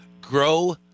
Grow